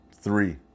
three